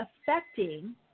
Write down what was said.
affecting